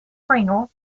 pringle